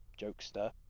jokester